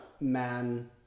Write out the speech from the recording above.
man